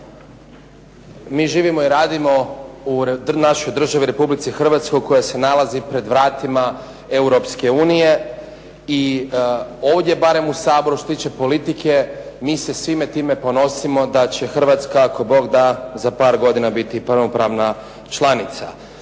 Mi živimo i radimo u našoj državi Republici Hrvatskoj koja se nalazi pred vratima Europske unije i ovdje barem u Saboru što se tiče politike mi se svime time ponosimo da će Hrvatska ako Bog da za par godina biti punopravna članica.